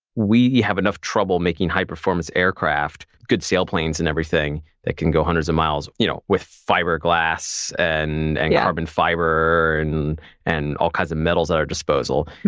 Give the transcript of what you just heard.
we have enough trouble making high-performance aircraft, good sailplanes, and everything that can go hundreds of miles you know with fiberglass, and and carbon fiber, and and all kinds of metals at our disposal.